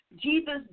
Jesus